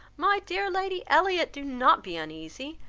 my dear lady elliott, do not be uneasy.